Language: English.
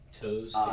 toes